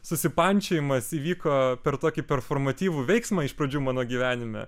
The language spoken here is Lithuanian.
susipančiojimas įvyko per tokį performativų veiksmą iš pradžių mano gyvenime